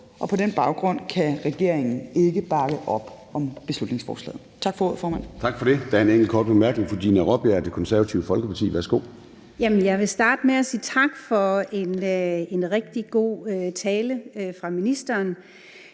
og på den baggrund kan regeringen ikke bakke op om beslutningsforslaget. Tak for ordet, formand. Kl. 11:12 Formanden (Søren Gade): Tak for det. Der er en enkelt kort bemærkning fra Dina Raabjerg, Det Konservative Folkeparti. Værsgo. Kl. 11:13 Dina Raabjerg (KF): Jeg vil starte med at sige tak for en rigtig god tale fra ministeren.